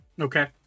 Okay